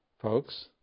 Folks